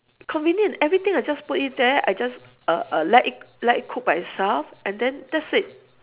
convenient everything I just put in there I just uh uh let it let it cook by itself and then that's it